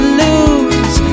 lose